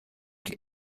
die